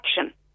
action